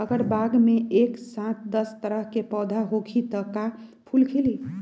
अगर बाग मे एक साथ दस तरह के पौधा होखि त का फुल खिली?